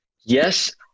Yes